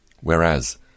Whereas